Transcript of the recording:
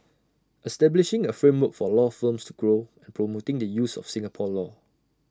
establishing A framework for law firms to grow and promoting the use of Singapore law